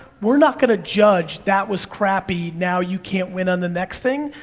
we're not gonna judge, that was crappy, now you can't win on the next thing.